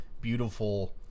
beautiful